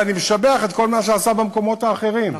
ואני משבח את כל מה שעשה במקומות האחרים.